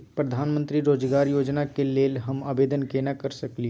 प्रधानमंत्री रोजगार योजना के लेल हम आवेदन केना कर सकलियै?